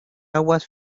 aguas